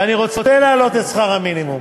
ואני רוצה להעלות את שכר המינימום,